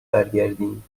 برگردیم